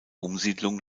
umsiedlung